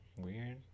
weird